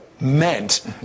meant